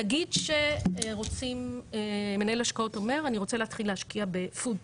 נגיד ש מנהל השקעות אומר אני רוצה להתחיל להשקיע בפוד-טק,